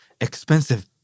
expensive